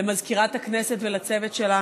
ולמזכירת הכנסת ולצוות שלה.